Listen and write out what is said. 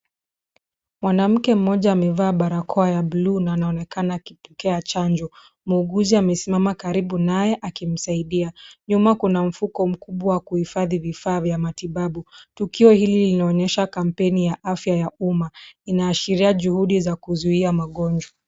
Wanamuke mmoja amevaa barakoa ya bluu na anaonekana akipokeaa chanjo. Muuguzi amesimama karibu nae akimsaidia. Nyuma kuna mfuko mkubu wa kuhifathi vifaa ya matibabu, tukio hili linoonyesha kampeni ya afya ya uma. Inaashiria juhudi za kuzuia magonjwa.